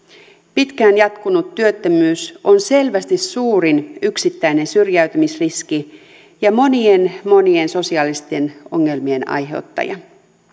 pitkään jatkunut työttömyys on selvästi suurin yksittäinen syrjäytymisriski ja monien monien sosiaalisten ongelmien aiheuttaja